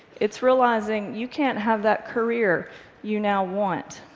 it's realizing you can't have that career you now want.